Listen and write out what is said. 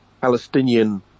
Palestinian